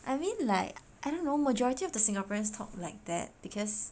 I mean like I don't know majority of the Singaporeans talk like that because